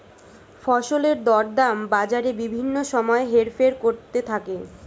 ফসলের দরদাম বাজারে বিভিন্ন সময় হেরফের করতে থাকে